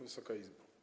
Wysoka Izbo!